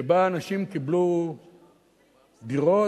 שבה אנשים קיבלו דירות